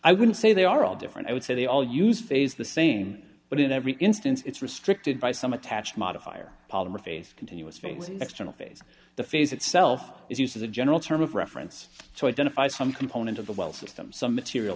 i wouldn't say they are all different i would say they all use phase the same but in every instance it's restricted by some attached modifier polymer face continuous face is external facing the face itself is used as a general term of reference to identify some component of the well system some material